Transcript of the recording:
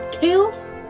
chaos